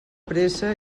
pressa